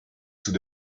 tout